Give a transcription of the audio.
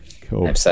Cool